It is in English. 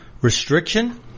restriction